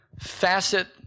facet